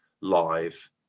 live